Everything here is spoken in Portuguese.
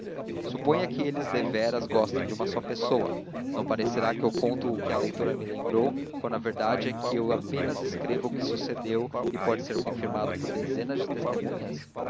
suponha que eles deveras gostem de uma só pessoa não parecerá que eu conto o que a leitora me lembrou quando a verdade é que eu apenas escrevo o que sucedeu e pode ser confirmado por dezenas de testemunhas